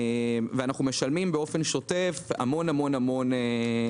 אנחנו משלמים באופן שוטף המון ערבויות.